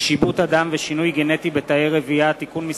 (שיבוט אדם ושינוי גנטי בתאי רבייה) (תיקון מס'